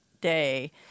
day